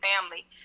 family